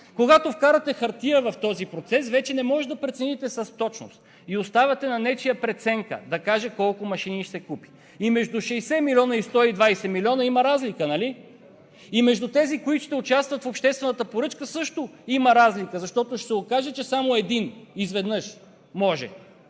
Когато вкарате хартия в този процес, вече не може да прецените с точност и оставате на нечия преценка да каже колко машини ще купи. И между 60 милиона и 120 милиона има разлика, нали? И между тези, които ще участват в обществената поръчка, също има разлика, защото ще се окаже, че само един изведнъж може